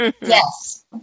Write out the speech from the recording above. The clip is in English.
Yes